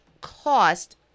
cost